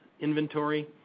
inventory